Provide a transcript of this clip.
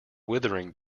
withering